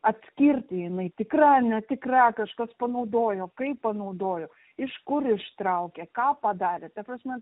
atskirti jinai tikra ar netikra kažkas panaudojo kaip panaudojo iš kur ištraukė ką padarė ta prasme